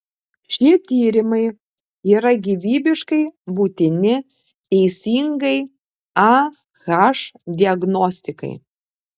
šie tyrimai yra gyvybiškai būtini teisingai ah diagnostikai